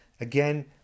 Again